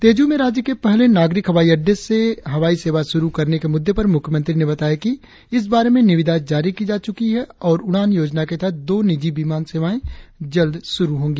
तेजु में राज्य के पहले नागरिक हवाई अड्डे से हवाई सेवा शुरु करने के मुद्दे पर मुख्यमंत्री ने बताया कि इस बारे में निविदा जारी की जा चुकी है और उड़ान योजना के तहत दो निजी विमान सेवाए जल्द शुरु होंगी